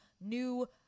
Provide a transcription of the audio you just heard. new